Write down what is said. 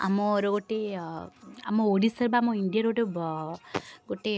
ଆମର ଗୋଟେ ଆମ ଓଡ଼ିଶାରେ ବା ଆମ ଇଣ୍ଡିଆରେ ଗୋଟେ ବା ଗୋଟେ